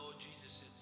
Jesus